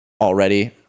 already